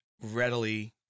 readily